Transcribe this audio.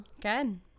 good